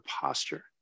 posture